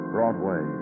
Broadway